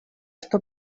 что